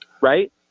right